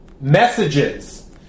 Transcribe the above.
Messages